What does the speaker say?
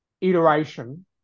iteration